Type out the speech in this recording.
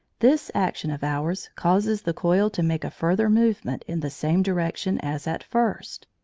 this action of ours causes the coil to make a further movement in the same direction as at first.